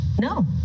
No